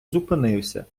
зупинився